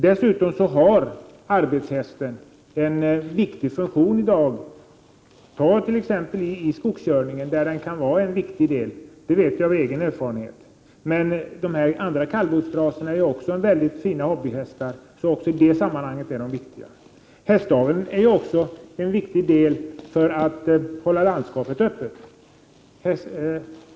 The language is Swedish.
Dessutom har arbetshästen en viktig funktion i dag, t.ex. i skogskörningen, där den kan vara en viktig del — det vet jag av egen erfarenhet. Men de andra kallblodsraserna är också mycket fina hobbyhästar, så också i det sammanhanget är de väsentliga. Hästaveln är viktig också för att hålla landskapet öppet.